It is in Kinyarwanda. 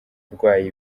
urwaye